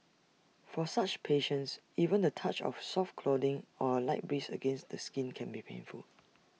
for such patients even the touch of soft clothing or A light breeze against the skin can be painful